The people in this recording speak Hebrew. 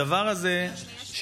הדבר הזה שהחליטו,